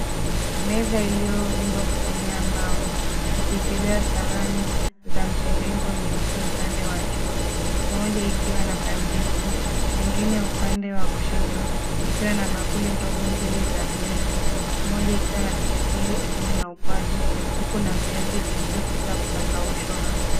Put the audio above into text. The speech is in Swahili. Meza iliyoundwa kutumia mbao ikiwekelewa sahani za mviringo nyeupe upande wa juu, moja ikiwa na kabeji, nyingine upande wa kushoto ikiwa na bakuli ndogo mbili za glesi ,moja ikiwa na pilipili ingine na ukwaju, huku na viazi vilivyopikwa vikakaushwa hapo.